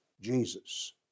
Jesus